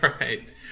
Right